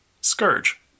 Scourge